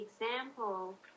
example